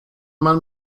mann